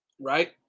right